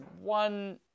one